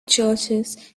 churches